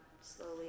slowly